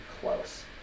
close